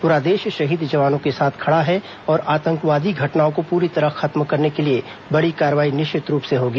पूरा देश शहीद जवानों के साथ खड़ा है और आतंकवादी घटनाओं को पूरी तरह खत्म करने के लिए बड़ी कार्रवाई निश्चित रूप से होगी